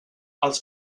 els